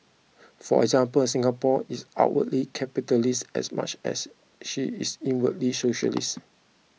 for example Singapore is outwardly capitalist as much as she is inwardly socialist